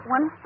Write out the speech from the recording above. One